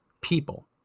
people